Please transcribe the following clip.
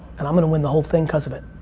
and i'm gonna win the whole thing cause of it.